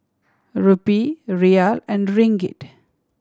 Rupee Riel and Ringgit